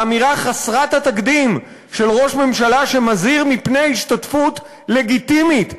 האמירה חסרת התקדים של ראש ממשלה שמזהיר מפני השתתפות לגיטימית,